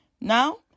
Now